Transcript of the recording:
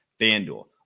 FanDuel